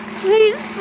please